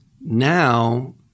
now